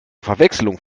verwechslung